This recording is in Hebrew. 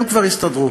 הם כבר יסתדרו.